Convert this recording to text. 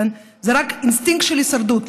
זה רק אינסטינקט של הישרדות,